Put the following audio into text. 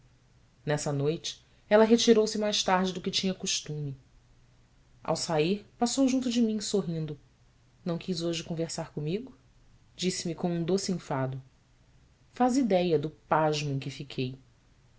nessa noite ela retirou-se mais tarde do que tinha costume ao sair passou junto de mim sorrindo ão quis hoje conversar comigo disse-me com um doce enfado faze idéia do pasmo em que fiquei